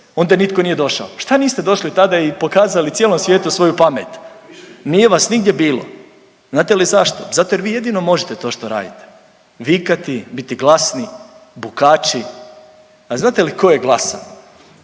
onda nitko nije došao. Šta niste došli tada i pokazali cijelom svijetu svoju pamet? Nije vas nigdje bilo. Znate li zašto? Zato jer vi jedino možete to što radite, vikati, biti glasni, bukači. A znate li ko je glasan?